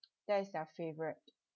that is their favourite